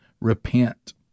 repent